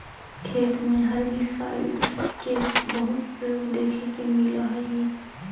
खेत में हर्बिसाइडस के बहुत प्रयोग देखे के मिलऽ हई